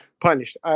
punished